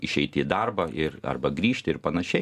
išeiti į darbą ir arba grįžti ir panašiai